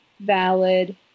valid